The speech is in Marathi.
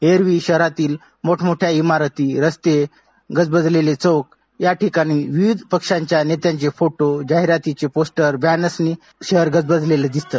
एरवी शहरातील मोठ मोठ्या इमारती रस्तेगजबजलेले चौक या ठिकाणी विविध पक्षांच्या नेत्यांचे फोटो जाहिरातींच्या पोस्टर बॅनर्सनी शहर गजबजलेले दिसत